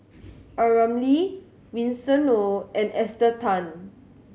A Ramli Winston Oh and Esther Tan